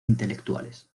intelectuales